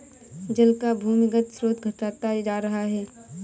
जल का भूमिगत स्रोत घटता जा रहा है